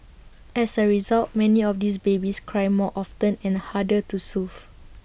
as A result many of these babies cry more often and harder to soothe